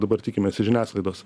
dabar tikimės iš žiniasklaidos